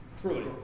Truly